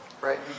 right